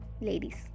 ladies